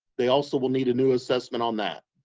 they also will need a new assessment on that.